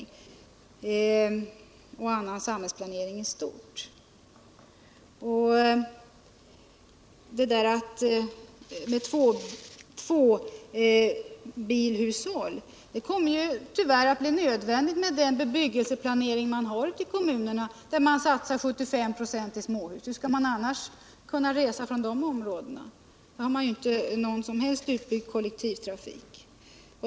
Det kommer med den bebyggelseplanering man har ute i kommunerna att bli nödvändigt med tvåbilshushåll. Man satsar där 75 96 i småhus. Hur skall man annars kunna resa från de områdena? Där har man ju inte någon som helst utbyggd kollektivtrafik.